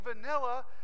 vanilla